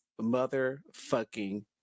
motherfucking